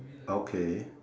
okay